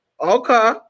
okay